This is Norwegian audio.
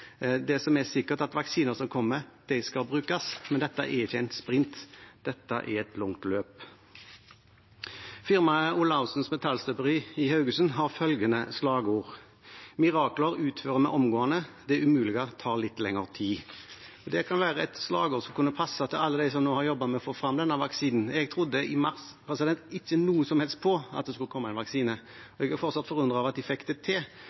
Det som er sikkert, er at vaksiner som kommer, skal brukes. Men dette er ikke en sprint, dette er et langt løp. Firmaet Olaussens Metall i Haugesund har følgende slagord: «Mirakler utfører vi omgående! - Det umulige tar litt lengre tid!» Det kan være et slagord som kunne passe til alle dem som nå har jobbet med å få fram denne vaksinen. Jeg trodde i mars ikke noe som helst på at det skulle komme en vaksine, og jeg er fortsatt forundret over at de fikk det